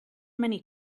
many